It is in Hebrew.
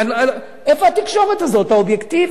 איפה התקשורת הזאת, האובייקטיבית?